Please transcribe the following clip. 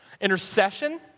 intercession